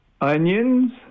onions